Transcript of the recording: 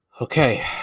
Okay